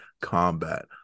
Combat